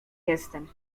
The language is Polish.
jestem